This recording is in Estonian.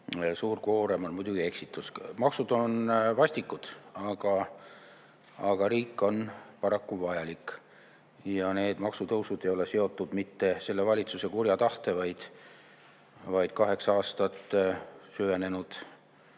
suur koorem, on eksitus. Maksud on vastikud, aga riik on paraku vajalik. Ja need maksutõusud ei ole seotud mitte selle valitsuse kurja tahtega, vaid kaheksa aasta jooksul süvenenud